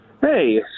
Hey